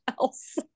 else